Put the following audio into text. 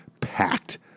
packed